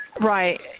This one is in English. Right